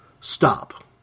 Stop